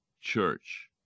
church